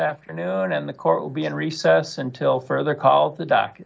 afternoon and the court will be in recess until further calls the dock